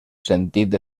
sentit